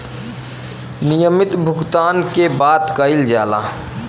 नियमित भुगतान के बात कइल जाला